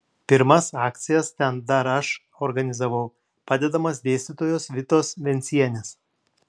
pirmas akcijas ten dar aš organizavau padedamas dėstytojos vitos vencienės